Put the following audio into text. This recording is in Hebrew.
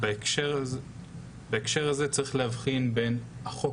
לא בהכרח יש להן עניין של היבט מגדרי.